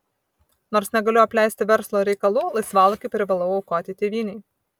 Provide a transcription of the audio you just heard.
nors negaliu apleisti verslo reikalų laisvalaikį privalau aukoti tėvynei